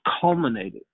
culminated